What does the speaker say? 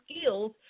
skills